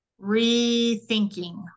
rethinking